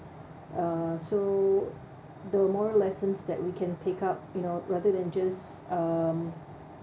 uh so the more lessons that we can pick up you know rather than just um